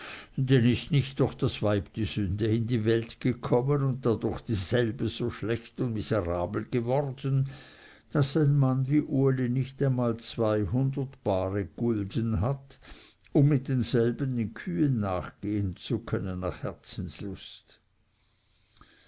denn ist nicht durch das weib die sünde in die welt gekommen und dadurch dieselbe so schlecht und miserabel geworden daß ein mann wie uli nicht einmal zweihundert bare gulden hat um mit denselben den kühen nachgehen zu können nach herzenslust